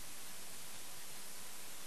,